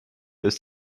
ist